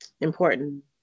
important